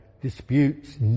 Disputes